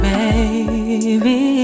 Baby